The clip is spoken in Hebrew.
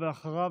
ואחריו,